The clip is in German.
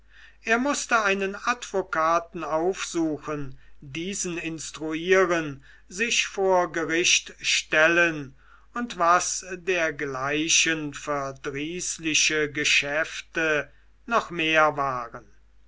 er mußte einen advokaten aufsuchen diesen instruieren sich vor gericht stellen und was dergleichen verdrießliche geschäfte noch mehr waren